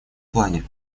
плане